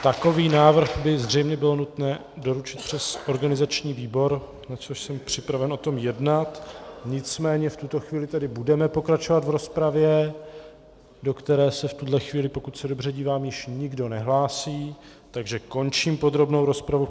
Takový návrh by zřejmě bylo nutné doručit přes organizační výbor, na což jsem připraven o tom jednat, nicméně v tuto chvíli tedy budeme pokračovat v rozpravě, do které se v tuhle chvíli, pokud se dobře dívám, již nikdo nehlásí, takže končím podrobnou rozpravu.